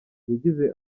yagize